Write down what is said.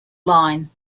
line